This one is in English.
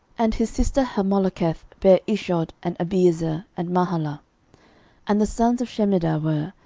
and his sister hammoleketh bare ishod, and abiezer, and mahalah and the sons of shemidah were,